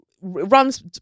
runs